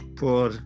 por